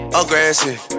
aggressive